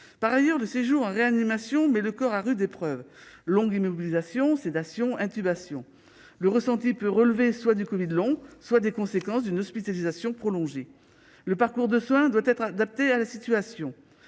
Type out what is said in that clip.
Par ailleurs, le séjour en réanimation met le corps à rude épreuve, par suite d'une longue immobilisation, de la sédation et de l'intubation. Le ressenti peut relever, soit du covid long, soit des conséquences d'une hospitalisation prolongée, et le parcours de soins doit être adapté à la situation